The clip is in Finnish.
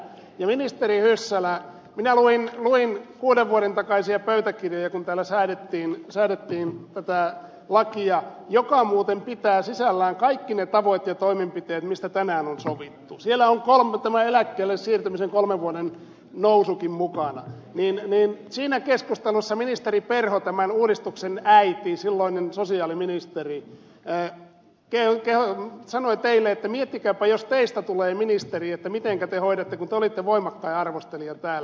ministeri hyssälä minä luin kuuden vuoden takaisia pöytäkirjoja siitä kun täällä säädettiin tätä lakia joka muuten pitää sisällään kaikki ne tavoitteet ja toimenpiteet mistä tänään on sovittu siellä on tämä eläkkeelle siirtymisen kolmen vuoden nousukin mukana niin siinä keskustelussa ministeri perho tämän uudistuksen äiti silloinen sosiaaliministeri sanoi teille että miettikääpä jos teistä tulee ministeri mitenkä te hoidatte kun te olitte voimakkain arvostelija täällä